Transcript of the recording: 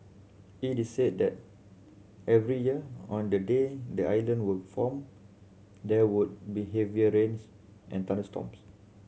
it is said that every year on the day the island were formed there would be heavy rains and thunderstorms